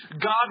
God